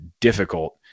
difficult